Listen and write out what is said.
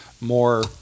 more